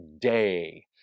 day